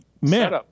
Man